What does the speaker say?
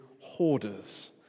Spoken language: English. hoarders